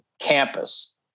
campus